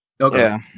Okay